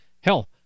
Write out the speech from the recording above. hell